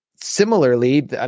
Similarly